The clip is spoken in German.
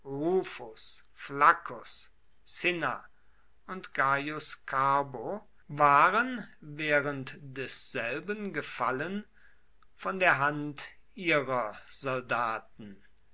cinna und gaius carbo waren während desselben gefallen von der hand ihrer soldaten